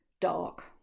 dark